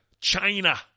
China